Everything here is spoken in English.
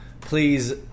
please